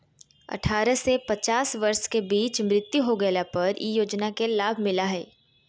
अठारह से पचास वर्ष के बीच मृत्यु हो गेला पर इ योजना के लाभ मिला हइ